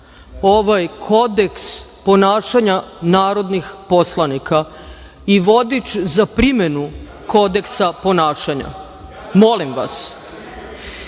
ovaj kodeks ponašanja narodnih poslanika i vodič za primenu kodeksa ponašanja molim vas,